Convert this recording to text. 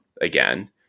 again